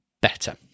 better